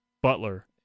butler